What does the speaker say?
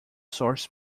source